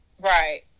Right